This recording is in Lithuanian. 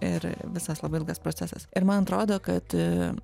ir visas labai ilgas procesas ir man atrodo kad